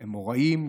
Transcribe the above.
אמוראים,